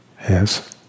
Yes